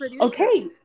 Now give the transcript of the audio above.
Okay